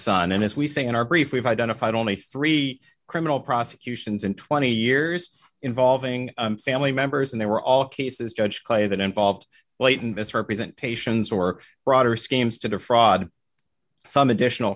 son and as we say in our brief we've identified only three criminal prosecutions in twenty years involving family members and they were all cases judge play that involved blatant misrepresentation zork broader schemes to defraud some additional